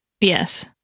Yes